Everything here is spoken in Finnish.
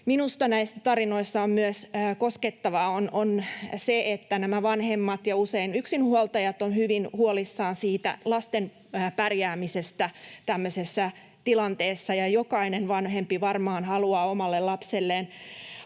minusta näissä tarinoissa on myös koskettavaa, on se, että nämä vanhemmat ja usein yksinhuoltajat ovat hyvin huolissaan lasten pärjäämisestä tämmöisessä tilanteessa. Jokainen vanhempi varmaan haluaa omalle lapselleen